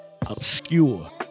obscure